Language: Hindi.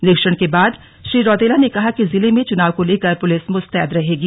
निरीक्षण के बाद श्री रौतेला ने कहा कि जिले में चुनाव को लेकर पुलिस मुस्तैद रहेगी